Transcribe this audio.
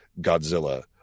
Godzilla